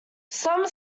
some